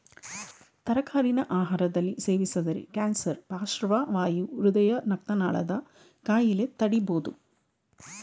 ತರಕಾರಿನ ಆಹಾರದಲ್ಲಿ ಸೇವಿಸಿದರೆ ಕ್ಯಾನ್ಸರ್ ಪಾರ್ಶ್ವವಾಯು ಹೃದಯ ರಕ್ತನಾಳದ ಕಾಯಿಲೆ ತಡಿಬೋದು